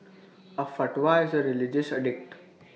A fatwa is A religious edict